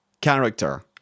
character